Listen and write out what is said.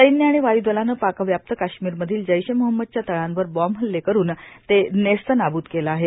सैन्य आर्गाण वायू दलानं पाकव्याप्त काश्मिरमधील जैश ए मोहम्मदच्या तळांवर बॉम्ब हल्ले करून ते नेस्तनाबूत केलं आहे